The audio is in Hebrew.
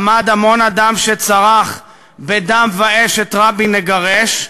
עמד המון אדם שצרח "בדם ואש את רבין נגרש",